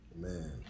man